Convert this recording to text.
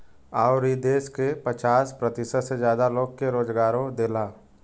अउर ई देस के पचास प्रतिशत से जादा लोग के रोजगारो देला